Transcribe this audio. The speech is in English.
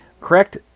correct